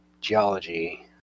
geology